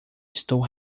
estou